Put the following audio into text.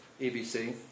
EBC